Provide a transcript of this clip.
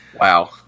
Wow